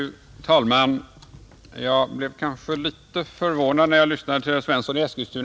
Fru talman! Jag blev litet förvånad när jag lyssnade till herr Svensson i Eskilstuna.